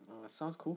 uh sounds cool